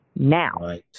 Now